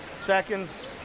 seconds